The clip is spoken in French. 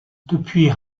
depuis